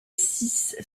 six